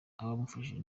abamufashije